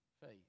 faith